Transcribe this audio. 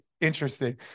interesting